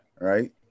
Right